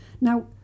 Now